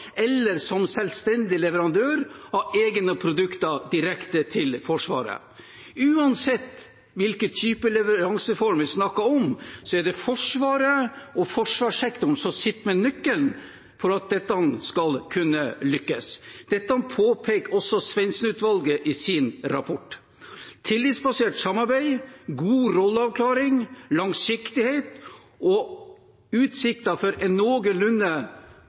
eller som selvstendig leverandør av egne produkter direkte til Forsvaret. Uansett hvilken type leveranseform vi snakker om, er det Forsvaret og forsvarssektoren som sitter med nøkkelen til at dette skal kunne lykkes. Det påpeker også Svendsen-utvalget i sin rapport. Tillitsbasert samarbeid, god rolleavklaring, langsiktighet og utsikter for